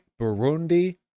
Burundi